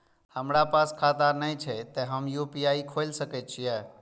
हमरा पास खाता ने छे ते हम यू.पी.आई खोल सके छिए?